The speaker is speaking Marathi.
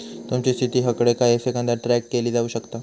तुमची स्थिती हकडे काही सेकंदात ट्रॅक केली जाऊ शकता